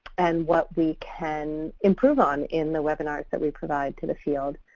and what we can improve on in the webinars that we provide to the field.